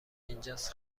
اینجاس